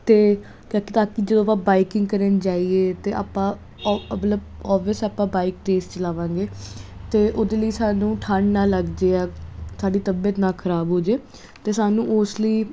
ਅਤੇ ਤਾਂ ਕਿ ਜਦੋਂ ਆਪਾਂ ਬਾਈਕਿੰਗ ਕਰਨ ਜਾਈਏ ਤਾਂ ਆਪਾਂ ਮਤਲਬ ਓਵਿਅਸ ਆਪਾਂ ਬਾਈਕ ਤੇਜ਼ ਚਲਾਵਾਂਗੇ ਅਤੇ ਉਹਦੇ ਲਈ ਸਾਨੂੰ ਠੰਢ ਨਾ ਲੱਗ ਜਾਏ ਜਾਂ ਸਾਡੀ ਤਬੀਅਤ ਨਾ ਖਰਾਬ ਹੋ ਜਾਏ ਤਾਂ ਸਾਨੂੰ ਉਸ ਲਈ